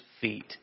feet